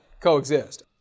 coexist